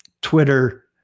Twitter